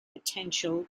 potential